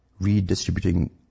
redistributing